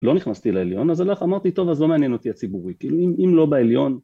לא נכנסתי לעליון אז הלך אמרתי טוב אז לא מעניין אותי הציבורי, כאילו אם לא בעליון